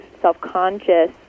self-conscious